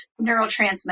neurotransmitter